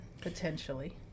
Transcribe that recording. potentially